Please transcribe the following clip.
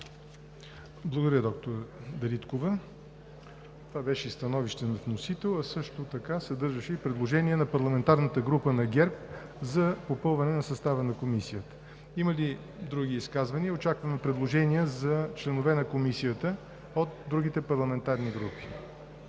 Благодаря, доктор Дариткова. Това беше и становище на вносител, а също така съдържаше и предложение на парламентарната група на ГЕРБ за попълване на състава на Комисията. Има ли други изказвания? Очакваме предложения за членове на Комисията от другите парламентарни групи.